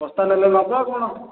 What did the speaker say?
ବସ୍ତା ନେଲେ ନେବ ଆଉ କ'ଣ